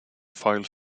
file